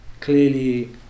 clearly